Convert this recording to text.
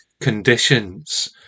conditions